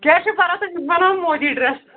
کیٛاہ چھُ پَرَواے أسۍ ہسا بَناوان مودی ڈرٛٮ۪س